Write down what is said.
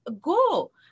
go